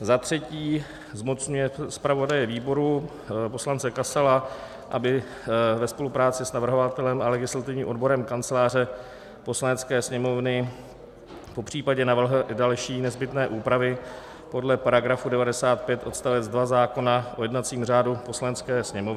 III. zmocňuje zpravodaje výboru poslance Kasala, aby ve spolupráci s navrhovatelem a legislativním odborem Kanceláře Poslanecké sněmovny popřípadě navrhl i další nezbytné úpravy podle § 95 odst. 2 zákona o jednacím řádu Poslanecké sněmovny;